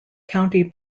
county